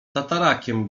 tatarakiem